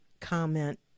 comment